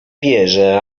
wierzę